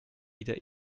wieder